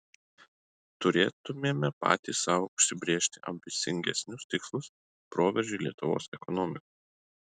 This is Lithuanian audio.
turėtumėme patys sau užsibrėžti ambicingesnius tikslus proveržiui lietuvos ekonomikoje